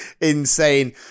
insane